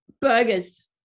Burgers